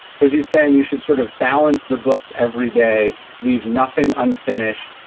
so he's saying you should sort of balance the books every day. leave nothing unfinished.